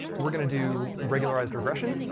we're going to do regularized regression,